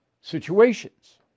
situations